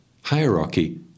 hierarchy